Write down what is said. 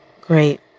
Great